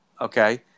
Okay